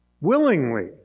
Willingly